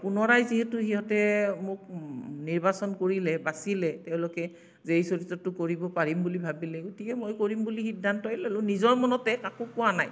পুনৰাই যিহেতু সিহঁতে মোক নিৰ্বাচন কৰিলে বাচিলে তেওঁলোকে যে এই চৰিত্ৰটো কৰিব পাৰিম বুলি ভাবিলে গতিকে মই কৰিম বুলি সিদ্ধান্তই ল'লোঁ নিজৰ মনতে কাকো কোৱা নাই